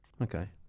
Okay